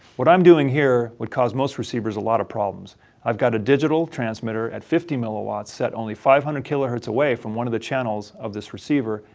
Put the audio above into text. what i'm doing here would cause most receivers a lot of problems i've got a digital transmitter at fifty milliwatts set only five hundred kilohertz away from one of the channels of this receiver,